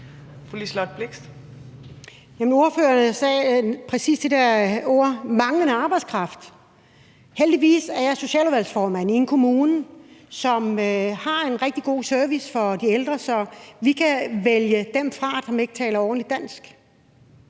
Liselott Blixt (DF): Jamen ordføreren sagde præcis de dér ord: manglende arbejdskraft. Heldigvis er jeg socialudvalgsformand i en kommune, som har en rigtig god service for de ældre, så vi kan vælge dem fra, som ikke taler ordentligt dansk.